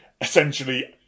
essentially